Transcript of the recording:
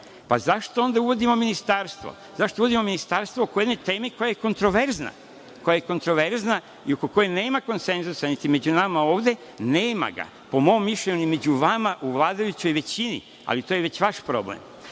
Zašto onda uvodimo ministarstvo? Zašto uvodimo ministarstvo po jednoj temi koja je kontraverzna i oko koje nema konsenzusa niti među nama ovde, nema ga, po mom mišljenju, među vama u vladajućoj većini, ali to je već vaš problem.